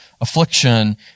affliction